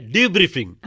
Debriefing